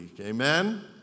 Amen